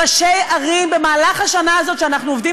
ראשי ערים במהלך השנה הזאת שאנחנו עובדים